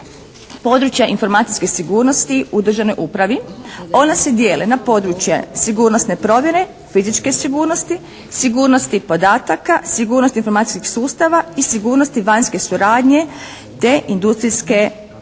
područja informacijske sigurnosti u državnoj upravi. Ona se dijele na područje sigurnosne provjere, političke sigurnosti, sigurnosti podataka, sigurnosti informacijskog sustava i sigurnosti vanjske suradnje te industrijske sigurnosti.